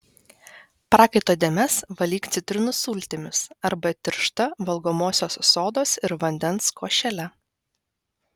prakaito dėmes valyk citrinų sultimis arba tiršta valgomosios sodos ir vandens košele